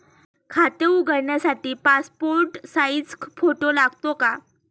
खाते उघडण्यासाठी passport size photo लागतो का?